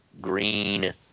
green